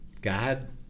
God